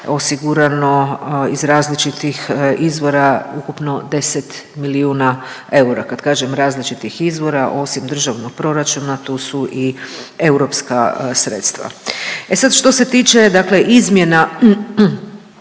osigurano iz različitih izvora ukupno 10 milijuna eura. Kad kažem različitih izvora, osim državnog proračuna tu su i europska sredstva. E sad što se tiče dakle izmjena